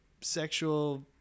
sexual